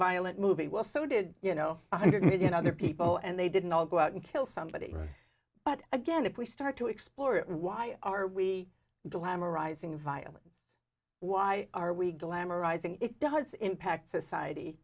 violent movie well so did you know one hundred million other people and they didn't all go out and kill somebody but again if we start to explore why are we glamorising violence why are we glamorize if it does impact society